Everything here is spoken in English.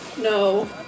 No